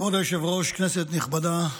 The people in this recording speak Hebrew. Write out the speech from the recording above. כבוד היושב-ראש, כנסת נכבדה,